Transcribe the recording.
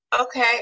Okay